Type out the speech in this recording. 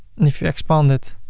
if you expand it,